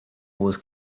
wars